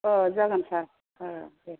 अ जागोन सार दे